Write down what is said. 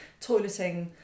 Toileting